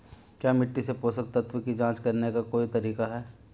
क्या मिट्टी से पोषक तत्व की जांच करने का कोई तरीका है?